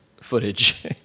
footage